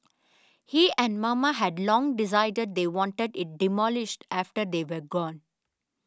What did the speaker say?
he and mama had long decided they wanted it demolished after they were gone